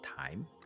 time